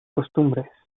costumbres